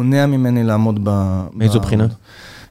מונע ממני לעמוד במהלך